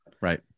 Right